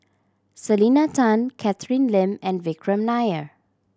Selena Tan Catherine Lim and Vikram Nair